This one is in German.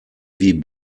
wie